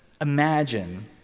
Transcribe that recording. imagine